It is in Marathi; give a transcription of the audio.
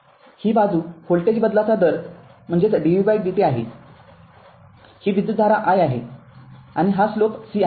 ही बाजू व्होल्टेज बदलाचा दर म्हणेज dvdt आहे ही विद्युतधारा i आहे आणि हा स्लोप c आहे